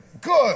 Good